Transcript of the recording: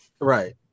Right